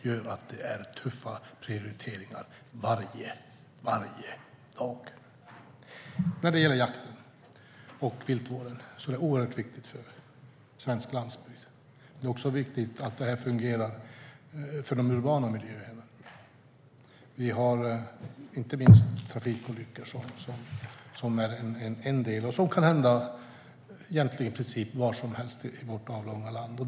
Jakten och viltvården är oerhört viktiga för svensk landsbygd. Det är också viktigt att de fungerar för de urbana miljöerna. Vi har inte minst trafikolyckor som är en del, och de kan egentligen inträffa i princip var som helst i vårt avlånga land.